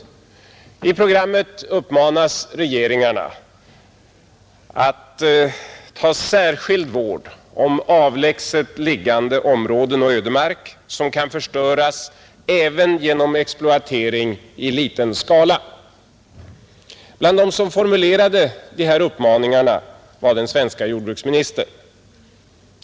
I programmet uppmanas regeringarna att ta särskild vård om avlägset liggande områden och ödemark, som kan förstöras även genom exploatering i liten skala. Bland dem som formulerade dessa uppmaningar befann sig den svenske jordbruksministern.